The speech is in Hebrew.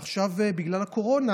עכשיו, בגלל הקורונה,